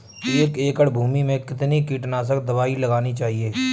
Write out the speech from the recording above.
एक एकड़ भूमि में कितनी कीटनाशक दबाई लगानी चाहिए?